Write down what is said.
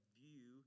view